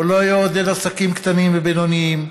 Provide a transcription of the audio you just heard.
הוא לא יעודד עסקים קטנים ובינוניים.